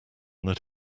that